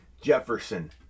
jefferson